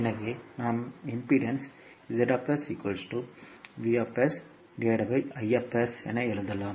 எனவே நாம் மின்மறுப்பு எழுதலாம்